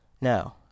no